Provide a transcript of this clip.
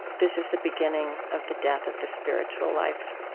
this is the beginning of the death of the spiritual life.